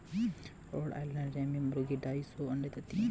road Island red मुर्गी ढाई सौ अंडे देती है